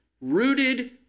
rooted